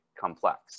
complex